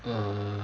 er